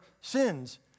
sins